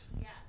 Yes